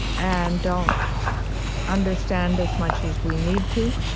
and don't understand as much as we need to.